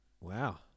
Wow